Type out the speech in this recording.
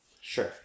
Sure